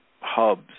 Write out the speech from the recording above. hubs